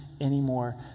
anymore